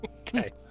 Okay